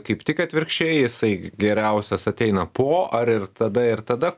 kaip tik atvirkščiai jisai geriausias ateina po ar ir tada ir tada